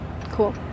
cool